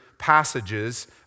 passages